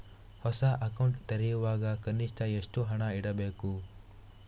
ಹೊಸ ಅಕೌಂಟ್ ತೆರೆಯುವಾಗ ಕನಿಷ್ಠ ಎಷ್ಟು ಹಣ ಇಡಬೇಕು?